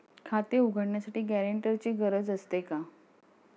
खाते उघडण्यासाठी गॅरेंटरची गरज असते का?